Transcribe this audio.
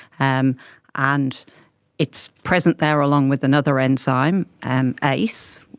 um and it's present there along with another enzyme, and ah ace,